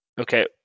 Okay